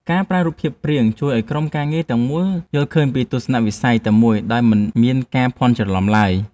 ការប្រើរូបភាពព្រាងជួយឱ្យក្រុមការងារទាំងមូលយល់ឃើញពីទស្សនវិស័យតែមួយដោយមិនមានការភ័ន្តច្រឡំឡើយ។